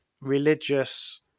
religious